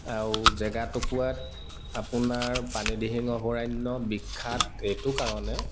আৰু জেগাটুকুৰাত আপোনাৰ পানী দিহিং অভয়াৰণ্য বিখ্যাত এইটো কাৰণে